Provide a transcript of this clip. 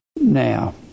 Now